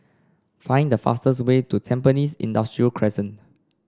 find the fastest way to Tampines Industrial Crescent